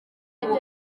ubu